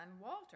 Walter